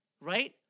right